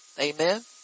Amen